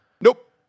Nope